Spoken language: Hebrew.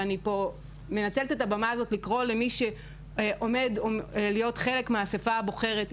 ואני פה מנצלת את הבמה הזאת לקרוא למי שעומד להיות חלק מהאספה הבוחרת,